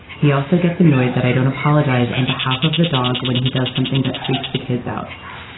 he also gets annoyed that i don't apologize on behalf of the dog when he does something that freaks the kids out.